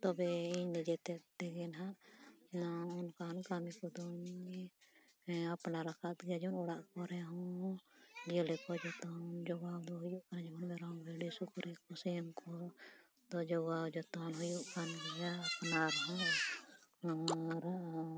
ᱛᱚᱵᱮ ᱤᱧ ᱫᱚ ᱡᱮᱛᱮ ᱛᱮᱜᱮ ᱱᱟᱜ ᱱᱚᱣᱟ ᱚᱱᱠᱟᱱ ᱠᱟᱹᱢᱤ ᱠᱚᱫᱚᱧ ᱟᱯᱱᱟᱨᱟᱫ ᱜᱮᱭᱟ ᱡᱮᱢᱚᱱ ᱚᱲᱟᱜ ᱠᱚᱨᱮᱦᱚᱸ ᱡᱤᱭᱟᱹᱞᱤ ᱠᱚ ᱡᱚᱛᱚᱱ ᱡᱚᱜᱟᱣ ᱫᱚ ᱦᱩᱭᱭᱩᱜ ᱠᱟᱱᱟ ᱡᱮᱢᱚᱱ ᱢᱮᱨᱚᱢ ᱵᱷᱤᱰᱤ ᱥᱩᱠᱨᱤ ᱠᱚ ᱥᱤᱢ ᱠᱚ ᱫᱚ ᱡᱚᱜᱟᱣ ᱡᱚᱛᱚᱱ ᱦᱩᱭᱩᱜ ᱠᱟᱱᱜᱮᱭᱟ ᱟᱯᱱᱟᱨ ᱦᱚᱸ ᱟᱨ